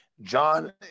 John